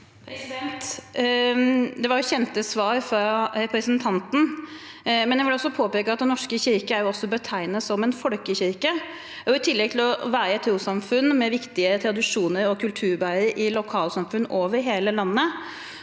Det var jo kjente svar fra representanten, men jeg vil påpeke at Den norske kirke er å betegne som en folkekirke, og i tillegg til å være et trossamfunn med viktige tradisjoner og kulturbærere i lokalsamfunn over hele landet,